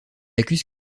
accuse